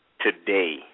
Today